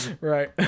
right